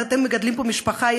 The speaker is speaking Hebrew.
אתם מגדלים פה משפחה,